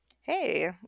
hey